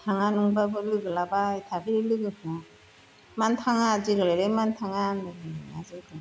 थाङा नंबाबो लोगो लाबाय थाफैयो लोगोफ्रा मानो थाङा दिनैलाय मानो थाङा होनना